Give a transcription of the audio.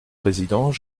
président